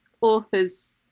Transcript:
authors